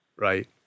Right